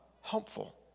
helpful